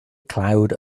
cloud